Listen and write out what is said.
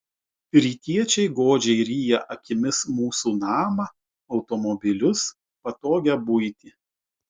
rytiečiai godžiai ryja akimis mūsų namą automobilius patogią buitį